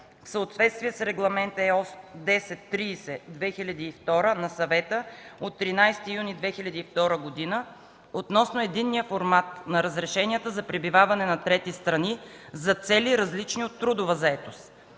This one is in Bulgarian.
в съответствие с Регламент (ЕО) 1030/2002 на Съвета от 13 юни 2002 г. относно единния формат на разрешенията за пребиваване на трети страни, за цели, различни от трудова заетост;